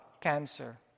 cancer